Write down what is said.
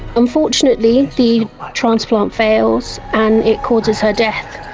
unfortunately the transplant fails and it causes her death,